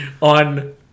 on